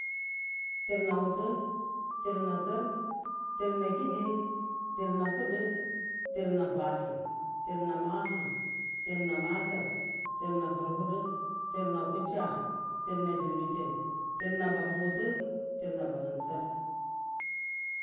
Tir na wuti. Tir na tsir. Tir na kidi. Tir na hudu. Tir na valum. Tir na maha. Tir na matsir. Tir na furfudu. Tir na kutsiya. Tir na diɓirtim. Tir na bahum wuti. Tir na bahum tsir.